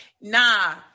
nah